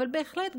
אבל בהחלט,